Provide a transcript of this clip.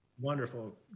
Wonderful